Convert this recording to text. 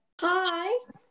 Hi